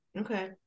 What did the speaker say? Okay